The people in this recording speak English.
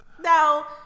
Now